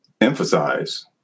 emphasize